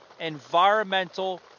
environmental